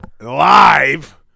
live